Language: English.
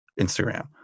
Instagram